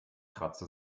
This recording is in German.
kratzte